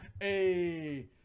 Hey